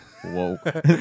Whoa